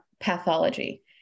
pathology